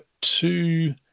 two